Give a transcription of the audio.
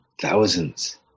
thousands